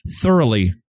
thoroughly